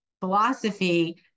philosophy